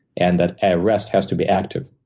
and that ah rest has to be active.